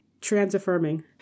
trans-affirming